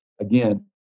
again